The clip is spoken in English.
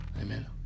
Amen